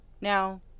Now